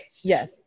Yes